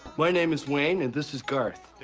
my name is wayne, and this is garth.